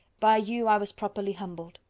by you, i was properly humbled.